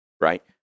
right